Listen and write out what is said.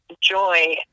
joy